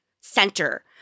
center